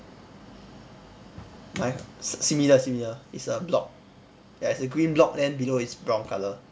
mi~ si~ similar similar it's a block ya it's a green block then below it's brown colour